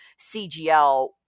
CGL